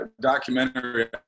documentary